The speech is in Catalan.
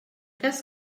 cas